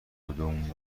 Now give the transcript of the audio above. کدوم